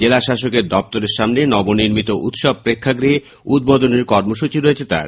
জেলাশাসকের দফতরের সামনে নবনির্মিত উত্সব প্রেক্ষাগৃহ উদ্বোধনের কর্মসূচী রয়েছে তাঁর